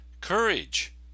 courage